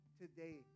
today